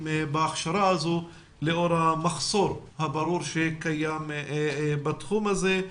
בהכשרה הזו לאור המחסור הברור שקיים בתחום הזה.